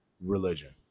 religion